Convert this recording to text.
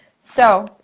so,